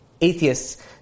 atheists